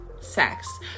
sex